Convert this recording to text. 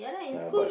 uh but